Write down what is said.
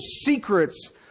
secrets